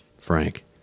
Frank